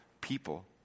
people